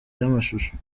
y’amashusho